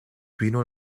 vino